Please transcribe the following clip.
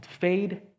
fade